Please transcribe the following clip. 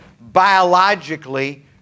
biologically